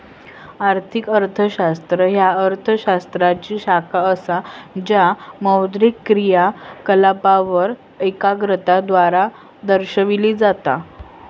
आर्थिक अर्थशास्त्र ह्या अर्थ शास्त्राची शाखा असा ज्या मौद्रिक क्रियाकलापांवर एकाग्रता द्वारा दर्शविला जाता